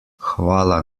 hvala